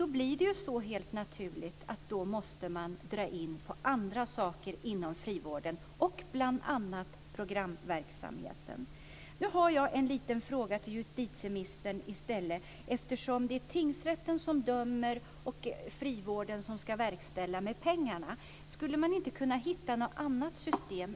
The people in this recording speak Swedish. Då blir det helt naturligt så att man måste dra in på andra saker inom frivården Jag har en fråga till justitieministern. Eftersom det är tingsrätten som dömer och frivården som ska verkställa med pengarna - skulle man inte kunna hitta något annat system?